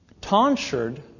tonsured